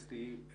אסתי,